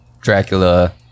Dracula